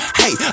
hey